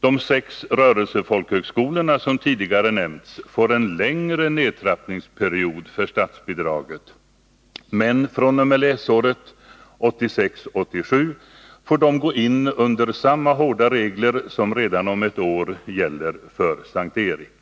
De sex rörelsefolkhögskolor som tidigare nämnts får en längre nedtrappningsperiod för statsbidraget, men fr.o.m. läsåret 1986/87 får de gå in under samma hårda regler som redan om ett år gäller för S:t Erik.